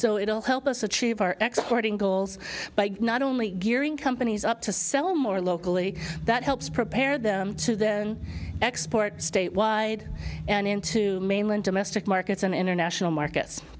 so it'll help us achieve our export ingles by not only gearing companies up to sell more locally that helps prepare them to then export state wide and into mainland domestic markets and international markets